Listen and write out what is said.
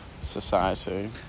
society